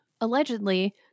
allegedly